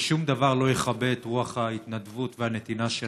ששום דבר לא יכבה את רוח ההתנדבות והנתינה שלהם,